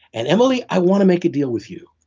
and emily, i want to make a deal with you.